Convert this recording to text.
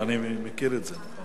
אני מכיר את זה.